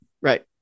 Right